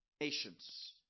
Nations